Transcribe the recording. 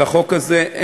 על החוק הזה.